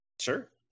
Sure